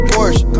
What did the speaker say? Porsche